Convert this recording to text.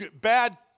Bad